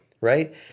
Right